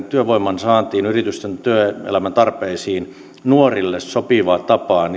työvoiman saantiin tulevaisuudessa työelämän tarpeisiin ja nuorille sopivaan tapaan